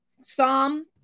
Psalm